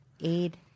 Aid